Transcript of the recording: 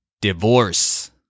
Divorce